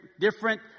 different